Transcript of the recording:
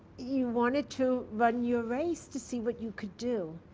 you wanted to run your race to see what you could do.